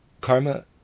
karma